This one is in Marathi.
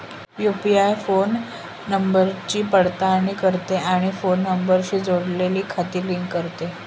यू.पि.आय फोन नंबरची पडताळणी करते आणि फोन नंबरशी जोडलेली खाती लिंक करते